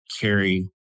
carry